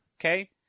Okay